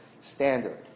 standard